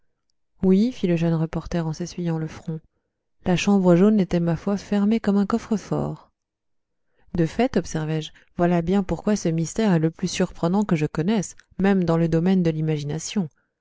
oui fit le jeune reporter en s'essuyant le front la chambre jaune était ma foi fermée comme un coffrefort de fait observai-je voilà bien pourquoi ce mystère est le plus surprenant que je connaisse même dans le domaine de l'imagination